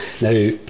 now